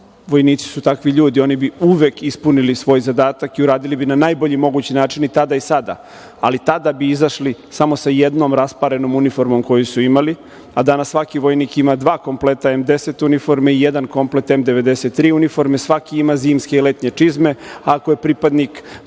vojnici su takvi ljudi, oni bi uvek ispunili svoj zadatak i uradili bi na najbolji način i tada i sada, ali tada bi izašli samo sa jednom rasparenom uniformom koju su imali, a danas svaki vojnik ima dva kompleta M-10 uniforme i jedan komplet M-93 uniforme. Svaki ima zimske i letnje čizme. Ako je pripadnik